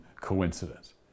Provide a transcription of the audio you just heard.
coincidence